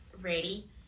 ready